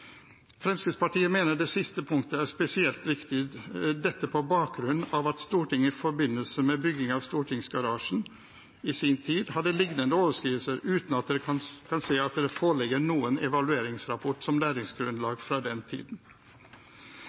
Fremskrittspartiet mener det siste punktet er spesielt viktig – dette på bakgrunn av at Stortinget i forbindelse med byggingen av stortingsgarasjen i sin tid hadde lignende overskridelser, uten at vi kan se at det foreligger noen evalueringsrapport som læringsgrunnlag fra den tiden.